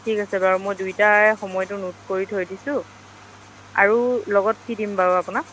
ঠিক আছে বাৰু মই দুইটাৰে সময়টো নোট কৰি থৈ দিছোঁ আৰু লগত কি দিম বাৰু আপোনাক